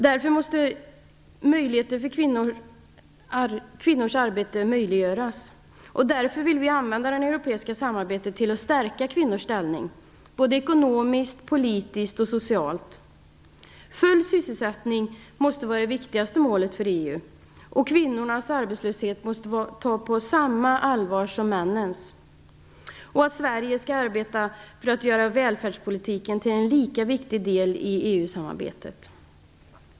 Därför måste möjligheter till kvinnors arbete finnas och därför vill vi använda det europeiska samarbetet till att stärka kvinnors ställning ekonomiskt, politiskt och socialt. Full sysselsättning måste vara det viktigaste målet för EU. Kvinnornas arbetslöshet måste tas på samma allvar som männens. Sverige skall arbeta för att göra välfärdspolitiken till en lika viktig del i EU samarbetet.